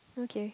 okay